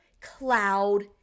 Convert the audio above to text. cloud